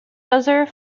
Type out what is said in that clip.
other